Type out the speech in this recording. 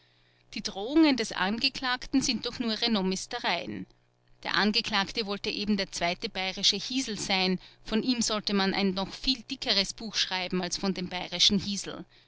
die drohungen des angeklagten sind doch nur renommistereien der angeklagte wollte eben der zweite bayerische hiesel sein von ihm sollte man ein noch viel dickeres buch schreiben als von dem bayerischen hiesel